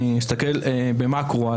אני אסתכל במקרו.